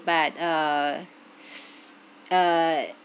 but uh uh